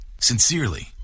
Sincerely